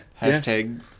Hashtag